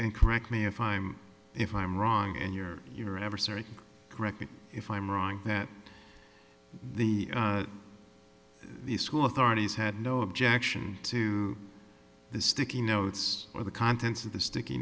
and correct me if i'm if i'm wrong and your your adversary correct me if i'm wrong that the the school authorities had no objection to the sticky notes or the contents of the sticky